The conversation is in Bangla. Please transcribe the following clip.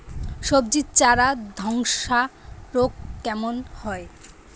সবজির চারা ধ্বসা রোগ কেন হয়?